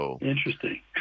Interesting